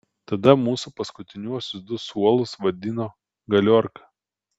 tada mūsų paskutiniuosius du suolus vadino galiorka